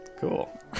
Cool